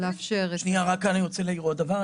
אני רוצה להעיר עוד דבר.